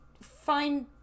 find